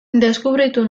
deskubritu